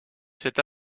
cette